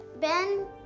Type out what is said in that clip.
Ben